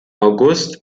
august